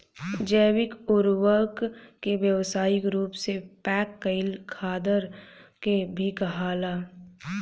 जैविक उर्वरक के व्यावसायिक रूप से पैक कईल खादर के भी कहाला